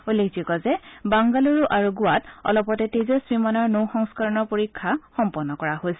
উল্লেখযোগ্য যে বাংগালুৰু আৰু গোৱাত অলপতে তেজস বিমানৰ নৌ সংস্কৰণৰ পৰীক্ষা সম্পন্ন কৰা হৈছে